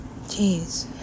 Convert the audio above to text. jeez